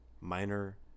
minor